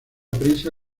prensa